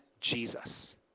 Jesus